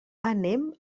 anem